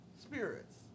spirits